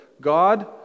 God